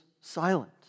silent